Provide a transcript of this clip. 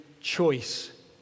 choice